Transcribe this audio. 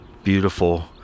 Beautiful